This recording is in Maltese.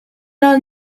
għal